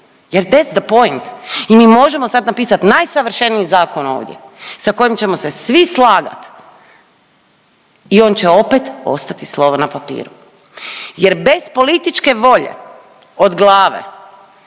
jel, deads the point i možemo sad napisat najsavršeniji zakon ovdje sa kojim ćemo se svi slagati i on će opet ostati slovo na papiru jer bez političke volje od glave